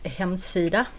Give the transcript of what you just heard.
hemsida